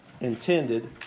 intended